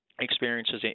experiences